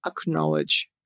acknowledge